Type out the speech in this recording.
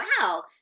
wow